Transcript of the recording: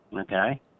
Okay